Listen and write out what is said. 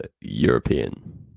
european